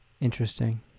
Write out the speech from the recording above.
Interesting